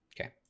okay